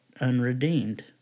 unredeemed